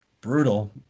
Brutal